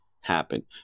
happen